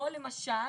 או למשל